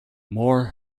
more